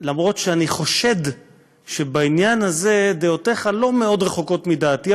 למרות שאני חושד שבעניין הזה דעותיך לא מאוד רחוקות מדעתי,